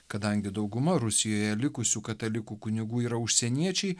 kadangi dauguma rusijoje likusių katalikų kunigų yra užsieniečiai